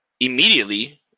Immediately